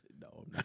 No